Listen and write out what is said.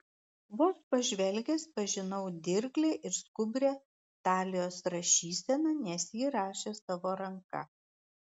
vos pažvelgęs pažinau dirglią ir skubrią talijos rašyseną nes ji rašė savo ranka